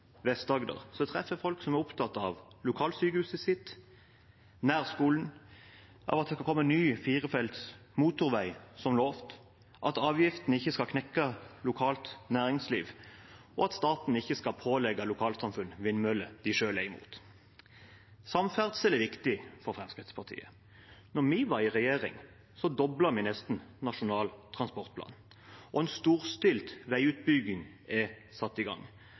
treffer jeg folk som er opptatt av lokalsykehuset sitt, nærskolen, av at det skal komme ny firefelts motorvei som lovet, at avgiftene ikke skal knekke lokalt næringsliv, og at staten ikke skal pålegge lokalsamfunn vindmøller de selv er imot. Samferdsel er viktig for Fremskrittspartiet. Da vi var i regjering, nesten doblet vi nasjonal transportplan, og en storstilt veiutbygging er satt i gang.